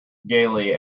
gaily